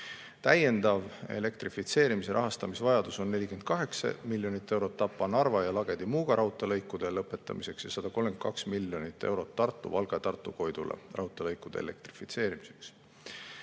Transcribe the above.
Täiendav elektrifitseerimise rahastamise vajadus on 48 miljonit eurot Tapa–Narva ja Lagedi–Muuga raudteelõigu lõpetamiseks ja 132 miljonit eurot Tartu–Valga ja Tartu–Koidula raudteelõigu elektrifitseerimiseks.